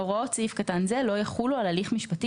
הוראות סעיף קטן זה לא יחולו על הליך משפטי